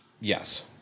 Yes